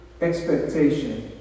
expectation